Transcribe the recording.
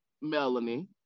Melanie